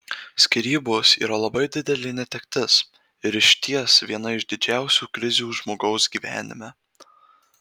skyrybos yra labai didelė netektis ir išties viena iš didžiausių krizių žmogaus gyvenime